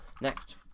Next